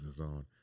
on